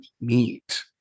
meet